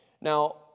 Now